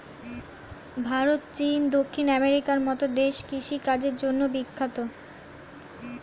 ভারত, চীন, দক্ষিণ আমেরিকার মতো দেশ কৃষি কাজের জন্যে বিখ্যাত